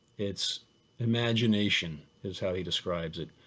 it's imagination is how he describes it.